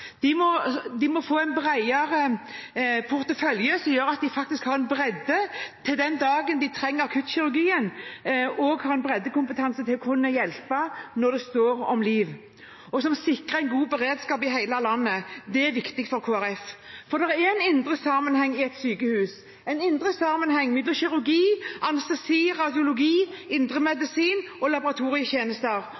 de ikke kun behandle små nisjelidelser. De må få en bredere portefølje, som gjør at de faktisk har bredde den dagen de trenger akuttkirurgien, og breddekompetanse til å kunne hjelpe når det står om liv. Det sikrer en god beredskap i hele landet. Det er viktig for Kristelig Folkeparti. For det er en indre sammenheng i et sykehus mellom kirurgi, anestesi, radiologi,